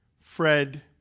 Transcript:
Fred